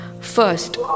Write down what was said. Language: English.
First